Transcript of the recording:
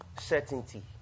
Certainty